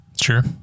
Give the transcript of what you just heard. Sure